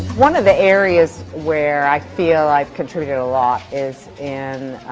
one of the areas where i feel i've contributed a lot is in